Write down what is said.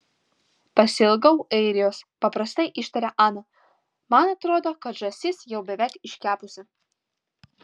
pasiilgau airijos paprastai ištarė ana man atrodo kad žąsis jau beveik iškepusi